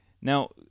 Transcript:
now